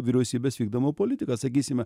vyriausybės vykdoma politika sakysime